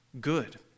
good